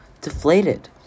deflated